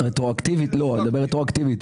כולל רטרואקטיבית.